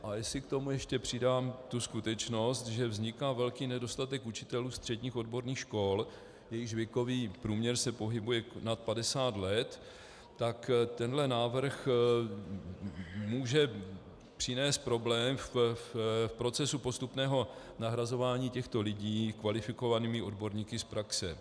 A jestli k tomu ještě přidám skutečnost, že vzniká velký nedostatek učitelů středních odborných škol, jejichž věkový průměr se pohybuje nad 50 let, tak tenhle návrh může přinést problém v procesu postupného nahrazování těchto lidí kvalifikovanými odborníky z praxe.